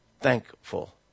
Thankful